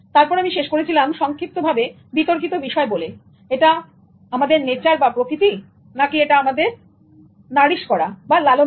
তারপর আমি শেষ করেছিলাম সংক্ষিপ্তভাবে বিতর্কিত বিষয় বলে এটা প্রকৃতি না লালন করা